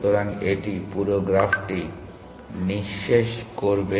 সুতরাং এটি পুরো গ্রাফটি নিঃশেষ করবে